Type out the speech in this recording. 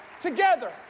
together